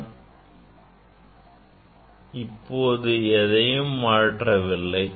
நான் இப்போது எதையும் மாற்றவில்லை